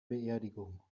beerdigung